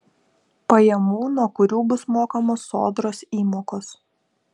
pajamų nuo kurių bus mokamos sodros įmokos